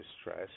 stress